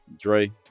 Dre